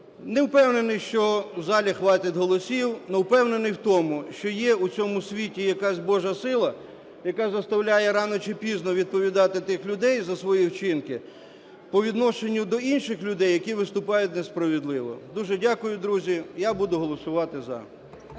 Не впевнений, що в залі хватить голосів, але впевнений в тому, що є в цьому світі якась Божа сила, яка заставляє рано чи пізно відповідати тих людей за свої вчинки по відношенню до інших людей, які виступають несправедливо. Дуже дякую, друзі. Я буду голосувати "за".